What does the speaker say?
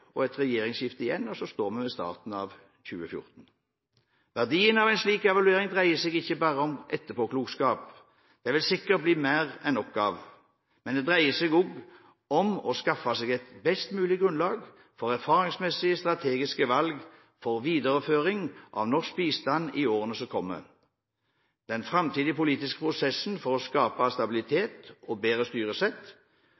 og et regjeringsskifte igjen, og så står vi ved starten av 2014. Verdien av en slik evaluering dreier seg ikke bare om etterpåklokskap – det vil det sikkert bli mer enn nok av det – men det dreier seg også om å skaffe seg et best mulig grunnlag for erfaringsbaserte strategiske valg for videreføringen av norsk bistand i årene som kommer, den framtidige politiske prosessen for å skape stabilitet